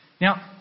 Now